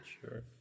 Sure